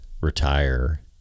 retire